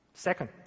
Second